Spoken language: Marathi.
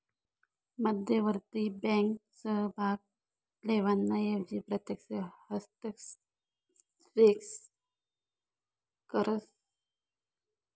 मध्यवर्ती बँक सहभाग लेवाना एवजी प्रत्यक्ष हस्तक्षेपच करस